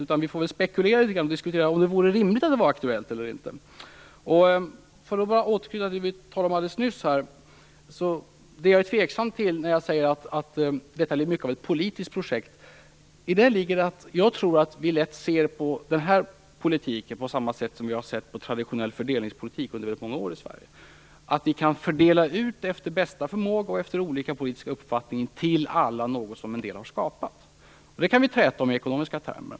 Vi får spekulera i om det vore rimligt om det var aktuellt. Jag sade tidigare att detta är för mycket av ett politiskt projekt och att jag ställer mig tveksam till det. I det ligger att jag tror att vi lätt ser på den här politiken på samma sätt som vi har sett på traditionell fördelningspolitik under många år i Sverige: att vi efter bästa förmåga och efter olika politisk uppfattning kan dela ut något som en del har skapat till alla. Vi kan träta om detta i ekonomiska termer.